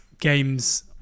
games